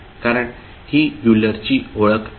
कारण ही युलरची Euler's ओळख आहे